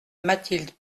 mathilde